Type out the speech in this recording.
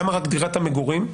למה רק דירת המגורים?